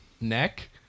neck